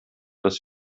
dass